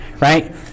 right